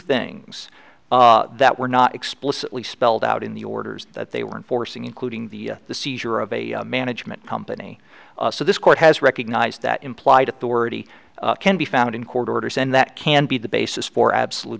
things that were not explicitly spelled out in the orders that they were enforcing including the the seizure of a management company so this court has recognized that implied authority can be found in court orders and that can be the basis for absolute